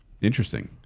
Interesting